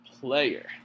player